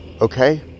Okay